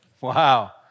wow